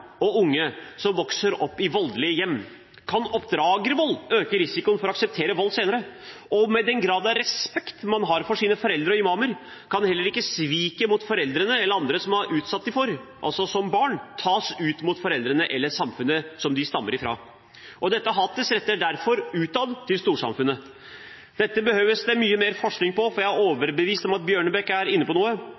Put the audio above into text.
og unge å vokse opp i voldelige hjem? Kan oppdragervold øke risikoen for å akseptere vold senere? Og med den grad av respekt man har for sine foreldre og imamer, kan heller ikke sviket som foreldrene eller andre har utsatt dem for som barn, tas ut mot foreldrene eller samfunnet som de stammer fra. Dette hatet rettes derfor utad til storsamfunnet. Dette behøves det mye mer forskning på, for jeg er overbevist om at Bjørnebekk er inne på noe;